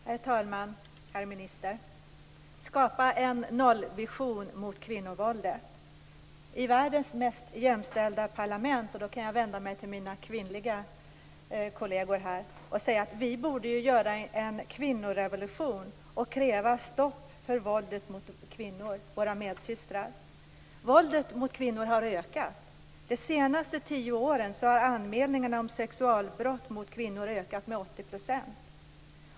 Herr talman! Herr minister! Skapa en nollvision mot kvinnovåldet. I världens mest jämställda parlament - och då kan jag vända mig till mina kvinnliga kolleger - borde vi göra en kvinnorevolution och kräva stopp för våldet mot kvinnor - våra medsystrar. Våldet mot kvinnor har ökat. Under de senaste tio åren har anmälningarna om sexualbrott mot kvinnor ökat med 80 %.